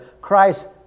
Christ